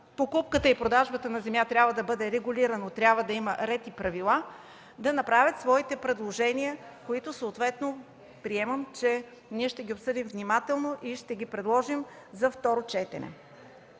покупката и продажбата на земя трябва да бъдат регулирани, трябва да има ред и правила, да направят своите предложения, които съответно приемам, че ще обсъдим внимателно и ще предложим за второ четене.